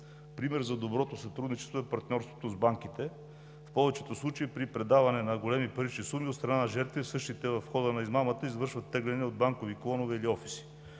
Пример за доброто сътрудничество е партньорството с банките. В повечето случаи при предаването на големи парични суми от страна на жертвите, същите в хода на измамата извършват теглене от банкови клонове или офиси.